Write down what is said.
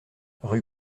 rue